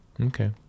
Okay